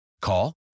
Call